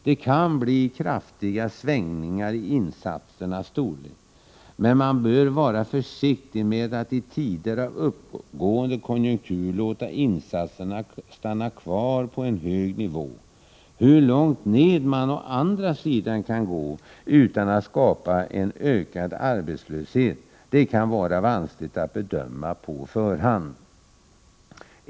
Det kan bli kraftiga svängningar i insatsernas storlek. Man bör dock vara försiktig med att i tider av uppåtgående konjunktur låta insatserna stanna kvar på en hög nivå. Hur långt ned man å andra sidan kan gå utan att skapa en ökad öppen arbetslöshet kan det vara vanskligt att bedöma på förhand.